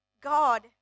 God